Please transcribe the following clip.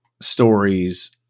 stories